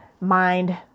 mind